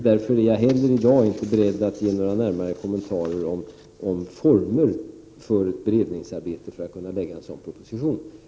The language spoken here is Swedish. Därför är jag i dag inte heller beredd att ge några närmare kommentarer om formerna för ett beredningsarbete för att kunna lägga fram en sådan proposition.